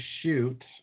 shoot